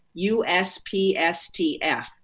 USPSTF